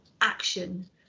action